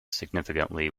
significantly